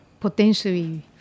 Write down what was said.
Potentially